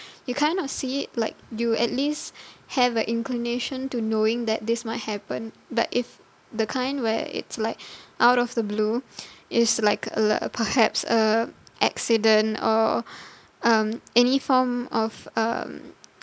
you kind of see it like you at least have a inclination to knowing that this might happen but if the kind where it's like out of the blue it's like a lear~ perhaps a accident or um any form of um